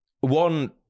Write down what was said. one